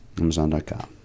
Amazon.com